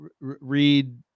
read